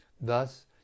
Thus